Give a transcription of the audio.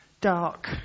dark